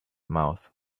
mouth